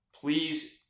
please